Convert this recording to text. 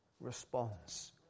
responds